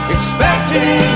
Expecting